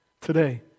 today